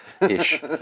Ish